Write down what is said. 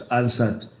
answered